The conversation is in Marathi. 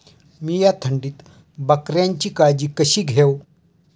मीया थंडीत बकऱ्यांची काळजी कशी घेव?